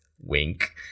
wink